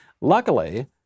Luckily